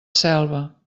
selva